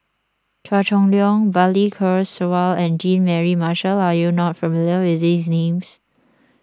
Chua Chong Long Balli Kaur Jaswal and Jean Mary Marshall are you not familiar with these names